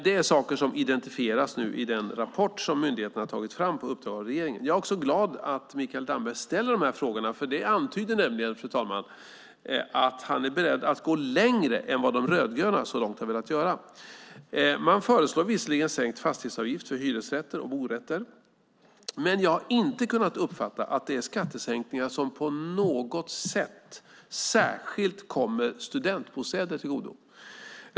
Det är saker som identifieras nu i den rapport som myndigheten har tagit fram på uppdrag av regeringen. Jag är också glad att Mikael Damberg ställer de här frågorna. Det antyder nämligen, herr talman, att han är beredd att gå längre än De rödgröna så här långt har velat göra. Man föreslår visserligen sänkt fastighetsavgift för hyresrätter och borätter, men jag har inte kunnat uppfatta att det är skattesänkningar som på något sätt särskilt kommer studentbostäder till godo.